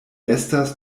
estas